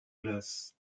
glace